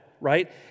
right